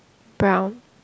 brown